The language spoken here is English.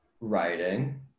writing